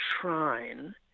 Shrine